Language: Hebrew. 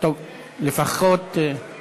אדוני